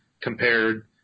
compared